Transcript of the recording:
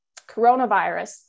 coronavirus